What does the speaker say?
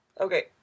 Okay